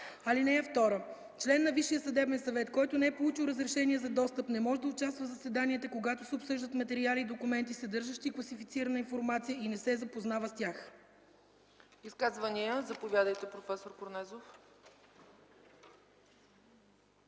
(2) Член на Висшия съдебен съвет, който не е получил разрешение за достъп, не може да участва в заседанията, когато се обсъждат материали и документи, съдържащи класифицирана информация, и не се запознават с тях.” ПРЕДСЕДАТЕЛ ЦЕЦКА ЦАЧЕВА: Изказвания? Заповядайте, проф. Корнезов.